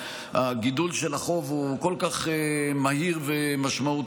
הגידול של החוב הוא כל כך מהיר ומשמעותי,